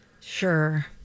sure